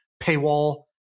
paywall